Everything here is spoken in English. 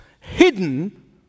hidden